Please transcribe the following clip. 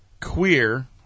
queer